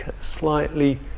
slightly